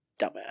Dumbass